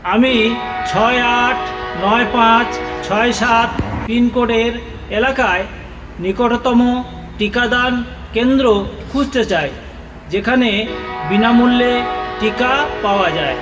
আমি ছয় আট নয় পাঁচ ছয় সাত পিনকোডের এলাকায় নিকটতম টিকাদান কেন্দ্র খুঁজতে চাই যেখানে বিনামূল্যে টিকা পাওয়া যায়